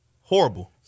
Horrible